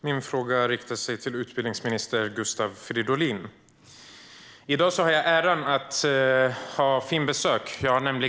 Min fråga riktar sig till utbildningsminister Gustav Fridolin. I dag har jag äran att ha fint besök.